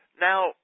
Now